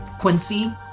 Quincy